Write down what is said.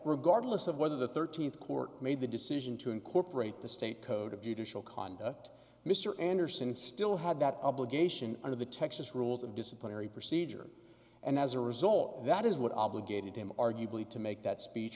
regardless of whether the thirteenth court made the decision to incorporate the state code of judicial conduct mr anderson still had that obligation under the texas rules of disciplinary procedure and as a result that is what obligated him arguably to make that speech